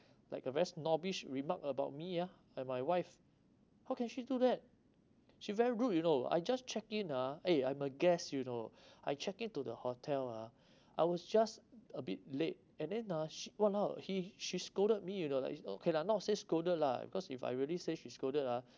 like a very snobbish remark about me ah and my wife how can she do that she very rude you know I just check in ah eh I'm a guest you know I check in to the hotel ah I was just a bit late and then ah sh~ !walao! he she scolded me you know like okay lah not to say scolded lah because if I really say she scolded ah